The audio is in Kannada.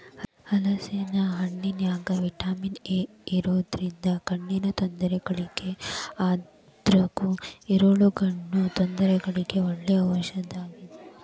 ಹಲೇಸಿನ ಹಣ್ಣಿನ್ಯಾಗ ವಿಟಮಿನ್ ಎ ಇರೋದ್ರಿಂದ ಕಣ್ಣಿನ ತೊಂದರೆಗಳಿಗೆ ಅದ್ರಗೂ ಇರುಳುಗಣ್ಣು ತೊಂದರೆಗಳಿಗೆ ಒಳ್ಳೆ ಔಷದಾಗೇತಿ